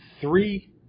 three